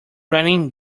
raining